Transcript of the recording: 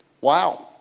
wow